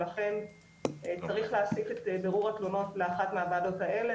ולכן צריך להסיט את בירור התלונות לאחת מהוועדות האלה